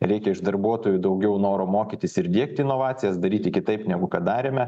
reikia iš darbuotojų daugiau noro mokytis ir diegti inovacijas daryti kitaip negu kad darėme